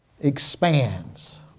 expands